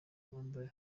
bambaye